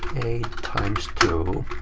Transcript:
times two.